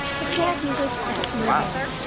the cat neither sat nor lay,